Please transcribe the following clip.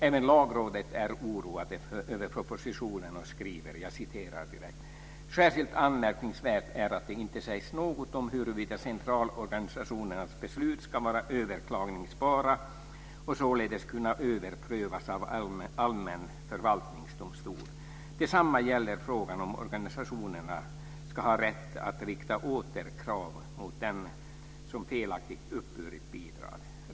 Även Lagrådet är oroat över propositionen och skriver: "Särskilt anmärkningsvärt är att det inte sägs något om huruvida centralorganisationernas beslut skall vara överklagbara och således kunna överprövas av allmän förvaltningsdomstol. Detsamma gäller frågan om organisationerna skall ha rätt att rikta återkrav mot den som felaktigt uppburit bidrag.